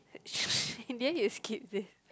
in the end you skip this